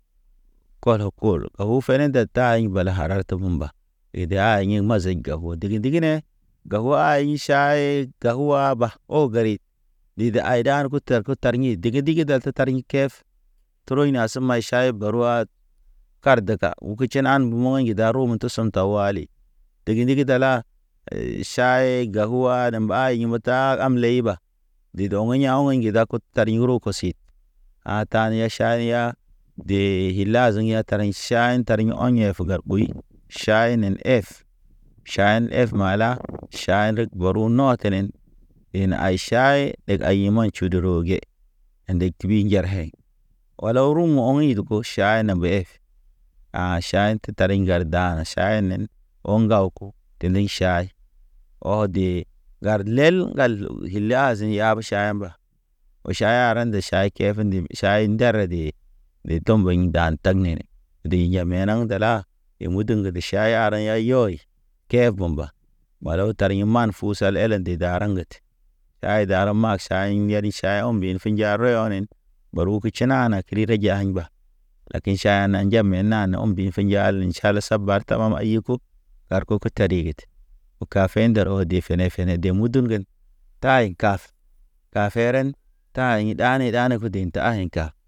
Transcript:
Taɲ bala harar tebemba i de ha yeŋ mazeŋ gabo dig digne, gawo ḭ ʃaɲe gawo uhaba o garid. Ɗid ay dan ko ter ke tarɲi, digi digi tarɲi kef. Tro ine ase may ʃayb ge rohad, kar deka uku tʃinan mun mɔ ge daro moto sen tawali. Dege ndigi dala ʃaye gawu wa de mba imita. Ta am ley ɓa, di do̰ ge ya̰ ɔɲ ŋge dakod tariŋ ro ko sit. A ta neya ʃaniya, dee ilaziŋ ya tarḛŋ ʃaŋe tarḛŋ ɔɲ ya ye fu gar ɓuy. Ʃaynen ef, ʃayɲen ef mala, ʃayɲ reg baru nɔ tenen. I ne ay ʃay, ɗeg ay mɔɲ tʃudu rɔge. Ḛ nde kiwi njer ɲɛ, walaw ru wɔŋ idbo ʃayne be heg. A ʃayt tari ŋgar da̰ ʃayenen. Ɔ ŋgaw ko tendiŋ ʃay ɔ de, ŋgar lel ŋgal ile azan yabo ʃayen mba. O ʃay aren nde ʃay kefe ndimi, ʃay nde ara de. De tɔmboɲ dan tag nene, diŋ Djamena dala, e mudu ŋgede ʃaye hareɲ ya yɔy. Kɛ vemba mala o tariŋ man fu sel elen nde daraŋ ŋget. Yay dara mag say ŋgeri ʃa. Tʃaye ɔmbin fija rɔɲ ɔnen ɓaru ke tʃinana kri ta ja aymba. Lakin ʃaynana Djamena na ɔmbi finjal le tʃalə saba ar tama iku. Gar koko ta i iget o kafe ḛndɔr ɔ de fene fene de mudun gen. Ta ye kaf, kafe ren.